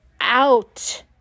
out